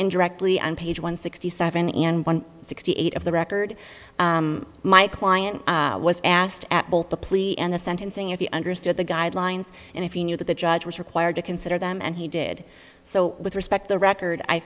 indirectly on page one sixty seven and one sixty eight of the record my client was asked at both the plea and the sentencing if you understood the guidelines and if you knew that the judge was required to consider them and he did so with respect the record i